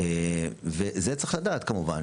וזה צריך לדעת כמובן,